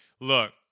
Look